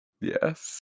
Yes